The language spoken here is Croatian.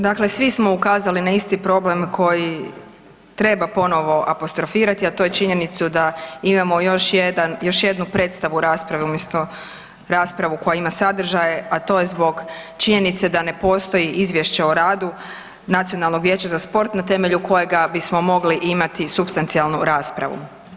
Dakle, svi smo ukazali na isti problem koji treba ponovo apostrofirati a to je činjenicu da imamo još jednu predstave rasprave umjesto raspravu koja ima sadržaj a to je zbog činjenice da ne postoji izvješće o radu Nacionalnoga vijeća za sport na temelju kojega bismo mogli imati supstancijalnu raspravu.